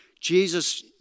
Jesus